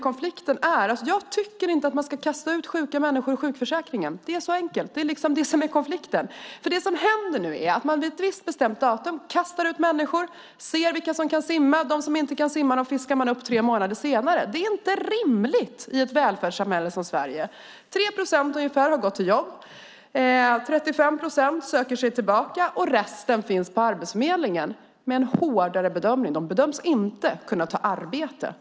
Konflikten är att jag inte tycker att man ska kasta ut sjuka människor ur sjukförsäkringen. Så enkelt är det. Det är det som är konflikten. Det som nu händer är att man vid ett visst bestämt datum kastar ut människor och ser vilka som kan simma. De som inte kan simma fiskar man upp tre månader senare. Det är inte rimligt i ett välfärdssamhälle som Sverige. Ungefär 3 procent har gått till jobb, 35 söker sig tillbaka och resten finns på Arbetsförmedlingen - med en hårdare bedömning. De bedöms inte kunna ta arbete.